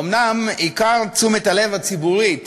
אומנם עיקר תשומת הלב הציבורית